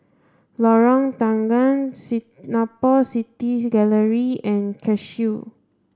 Lorong Tanggam Singapore City Gallery and Cashew